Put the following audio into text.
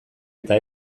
eta